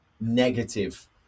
negative